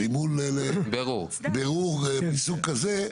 בירור מסוג כזה,